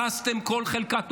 הרסתם כל חלקה טובה,